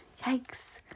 Yikes